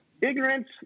ignorance